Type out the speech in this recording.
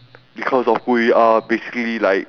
because of who we are basically like